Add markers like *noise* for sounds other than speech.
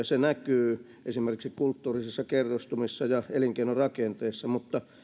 *unintelligible* se näkyy esimerkiksi kulttuurisissa kerrostumissa ja elinkeinorakenteissa mutta